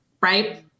right